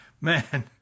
Man